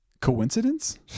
Coincidence